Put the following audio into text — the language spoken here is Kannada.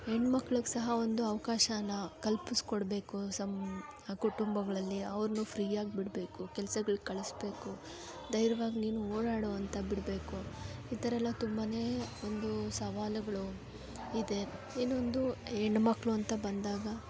ಹೆಣ್ಣು ಮಕ್ಳಿಗೆ ಸಹ ಒಂದು ಅವಕಾಶನ ಕಲ್ಪಿಸ್ಕೊಡ್ಬೇಕು ಸಮ್ ಆ ಕುಟುಂಬಗಳಲ್ಲಿ ಅವ್ರನ್ನು ಫ್ರೀಯಾಗಿ ಬಿಡಬೇಕು ಕೆಲ್ಸಗಳು ಕಳಿಸ್ಬೇಕು ಧೈರ್ಯವಾಗ್ ನೀನು ಓಡಾಡು ಅಂತ ಬಿಡಬೇಕು ಈ ಥರ ಎಲ್ಲ ತುಂಬ ಒಂದು ಸವಾಲುಗಳು ಇದೆ ಇನ್ನೊಂದು ಹೆಣ್ಣು ಮಕ್ಕಳು ಅಂತ ಬಂದಾಗ